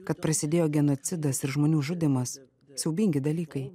kad prasidėjo genocidas ir žmonių žudymas siaubingi dalykai